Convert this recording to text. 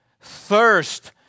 thirst